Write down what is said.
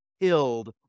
killed